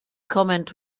comment